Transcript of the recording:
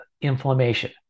inflammation